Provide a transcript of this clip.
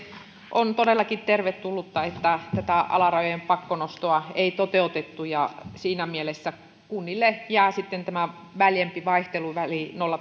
on todellakin tervetullutta että tätä alarajojen pakkonostoa ei toteutettu ja siinä mielessä kunnille jää sitten tämä väljempi vaihteluväli